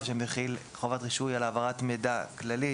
שמחיל חובת רישוי על העברת מידע כללית.